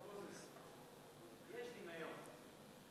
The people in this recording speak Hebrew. יש דמיון.